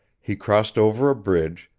he crossed over a bridge,